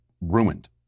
ruined